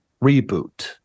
reboot